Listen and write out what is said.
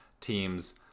teams